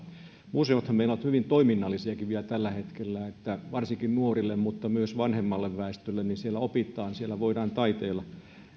museothan meillä ovat hyvin toiminnallisiakin vielä tällä hetkellä varsinkin nuorille mutta myös vanhemmalle väestölle siellä opitaan siellä voidaan taiteilla